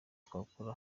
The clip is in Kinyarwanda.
twakora